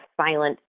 silent